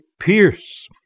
pierce